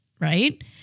right